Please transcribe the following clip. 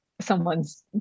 someone's